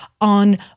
on